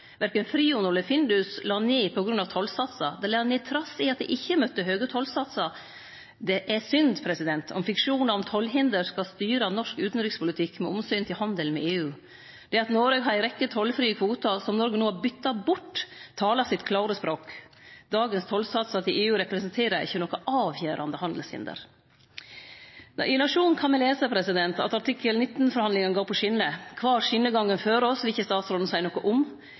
Verken Frionor eller Findus la ned på grunn av tollsatsar, dei la ned trass i at dei ikkje møtte høge tollsatsar. Det er synd om fiksjon om tollhinder skal styre norsk utanrikspolitikk med omsyn til handel med EU. Det at Noreg har ei rekkje tollfrie kvotar som Noreg no har bytt bort, talar sitt klare språk. Dagens tollsatsar til EU representerer ikkje noko avgjerande handelshinder. I Nationen kan me lese at artikkel 19-forhandlingane går på skjener. Kvar skjenegangen fører oss, vil ikkje statsråden seie noko om,